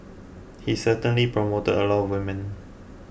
he certainly promoted a lot of women